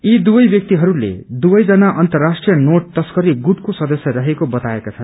यी दुवै व्यक्तिहरूले दुवैजना अन्तर्राष्ट्रीय नोट तस्करी गुटको सदस्य रहेको बताएका छन्